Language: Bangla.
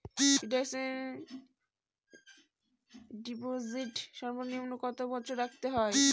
ফিক্সড ডিপোজিট সর্বনিম্ন কত বছর রাখতে হয়?